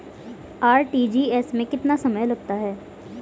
RTGS में कितना समय लगता है?